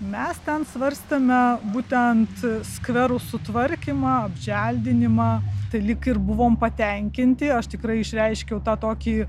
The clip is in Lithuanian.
mes ten svarstome būtent skverų sutvarkymą apželdinimą tai lyg ir buvom patenkinti aš tikrai išreiškiau tą tokį